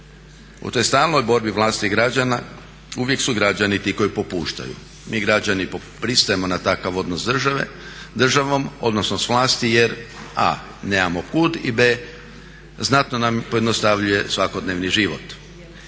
U toj stalnoj borbi vlasti i građana uvijek su građani ti koji popuštaju, mi građani pristajemo na takav odnos s državom, odnosno s vlasti jer a)nemamo kud i b)znatno nam pojednostavljuje svakodnevni život.